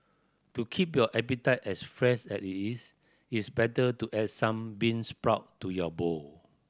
to keep your appetite as fresh as it is it's better to add some bean sprout to your bowl